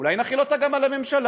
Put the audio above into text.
אולי נחיל אותה גם על הממשלה?